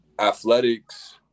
athletics